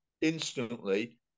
instantly